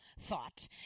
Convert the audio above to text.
thought